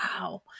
wow